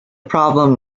problem